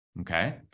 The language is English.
okay